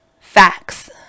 Facts